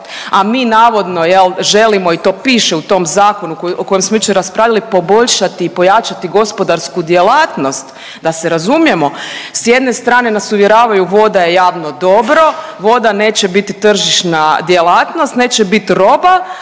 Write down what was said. a mi navodno, je li, želimo i to piše u tom Zakonu o kojem smo jučer raspravljali, poboljšati i pojačati gospodarsku djelatnost. Da se razumijemo, s jedne strane nas uvjeravaju, voda je javno dobro, voda neće biti tržišna djelatnost, neće biti roba,